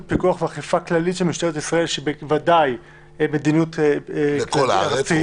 פיקוח ואכיפה כללית של משטרת ישראל" שבוודאי היא מדיניות -- לכל הארץ,